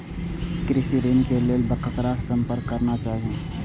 कृषि ऋण के लेल ककरा से संपर्क करना चाही?